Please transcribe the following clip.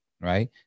right